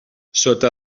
sota